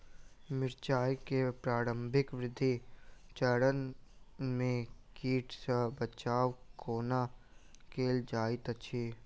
मिर्चाय केँ प्रारंभिक वृद्धि चरण मे कीट सँ बचाब कोना कैल जाइत अछि?